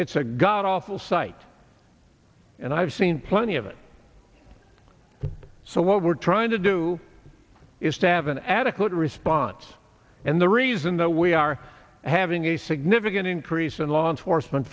a god awful sight and i've seen plenty of it so what we're trying to do is to have an adequate response and the reason that we are having a significant increase in law enforcement